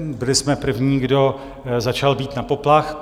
Byli jsme první, kdo začal bít na poplach.